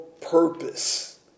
purpose